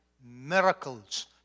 miracles